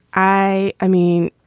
i. i mean,